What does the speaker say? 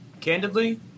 candidly